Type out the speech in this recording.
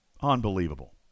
Unbelievable